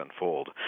unfold